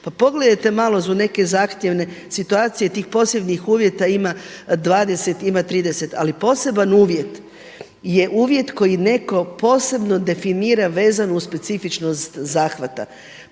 Pa pogledajte malo neke zahtjevne situacije tih posebnih uvjeta ima 20 ima 30, ali poseban uvjet je uvjet koji netko posebno definira vezano uz specifičnost zahvata.